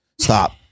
stop